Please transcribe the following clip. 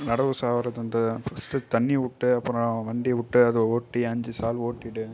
நடவு சாவுறது வந்து ஃபர்ஸ்ட்டு தண்ணி விட்டு அப்புறம் வண்டி விட்டு அதை ஓட்டி அஞ்சு சால் ஓட்டிட்டு